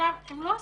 עכשיו הם לא עשו.